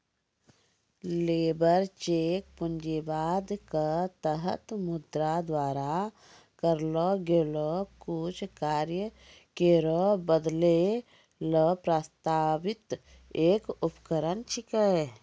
labour cheque पूंजीवाद क तहत मुद्रा द्वारा करलो गेलो कुछ कार्य केरो बदलै ल प्रस्तावित एक उपकरण छिकै